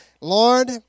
Lord